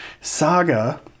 Saga